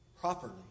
Properly